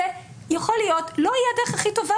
יכול להיות שזו לא תהיה הדרך הכי טובה